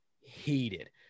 heated